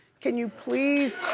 can you please